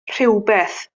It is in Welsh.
rhywbeth